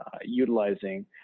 utilizing